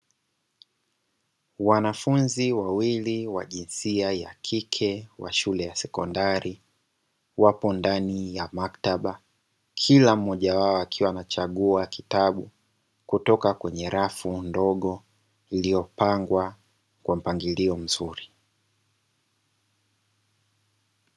Wanafunzi wawili wa jinsia ya kike wa shule ya sekondari wapo ndani ya maktaba, kila mmoja wao akiwa anachagua kitabu kutoka kwenye rafu ndogo iliyopangwa kwa mpangilio mzuri.